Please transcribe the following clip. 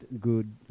good